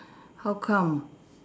how come